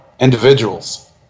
individuals